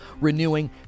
renewing